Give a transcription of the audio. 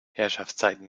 herrschaftszeiten